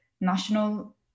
national